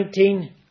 19